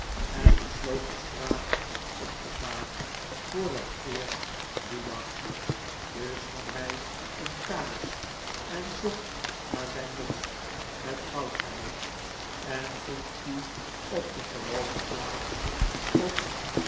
en besloot de straat op te gaan voor het eerst dien dag dus nam hij een kaars en zocht naar zijn muts met goudgalon en vond die op de gewone plaats op